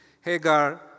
Hagar